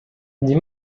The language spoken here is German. die